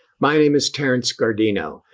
my name is terrence guardino.